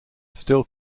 still